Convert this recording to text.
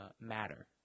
matter